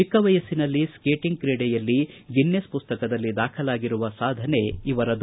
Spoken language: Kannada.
ಚಿಕ್ಕ ವಯಸ್ಸಿನಲ್ಲಿ ಸ್ಕೇಟಿಂಗ್ ಕ್ರೀಡೆಯಲ್ಲಿ ಗಿನ್ನೆಸ್ ಪುಸ್ತಕದಲ್ಲಿ ದಾಖಲಾಗಿರುವ ಸಾಧನೆ ಇವರದು